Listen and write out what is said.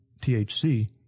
THC